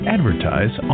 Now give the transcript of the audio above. Advertise